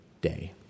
day